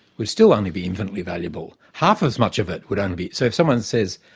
will still only be infinitely valuable. half as much of it would only be. so if someone says,